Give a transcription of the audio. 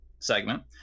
segment